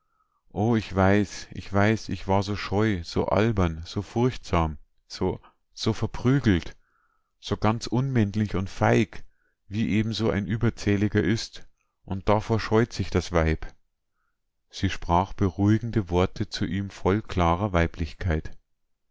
o ich weiß ich weiß ich war so scheu so albern so furchtsam so so verprügelt so ganz unmännlich und feig wie eben so ein überzähliger ist und davor scheut sich das weib sie sprach beruhigende worte zu ihm voll klarer weiblichkeit